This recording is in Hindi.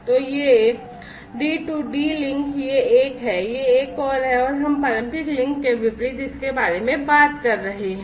तो ये D2D लिंक हैं यह एक है यह एक और है और हम पारंपरिक लिंक के विपरीत इसके बारे में बात कर रहे हैं